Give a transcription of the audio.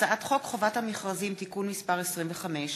הצעת חוק חובת המכרזים (תיקון מס' 25)